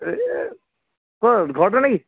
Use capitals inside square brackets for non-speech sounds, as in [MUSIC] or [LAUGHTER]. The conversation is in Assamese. এই [UNINTELLIGIBLE] ঘৰতে নেকি